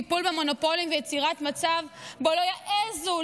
טיפול במונופולים ויצירת מצב שבו לא יעזו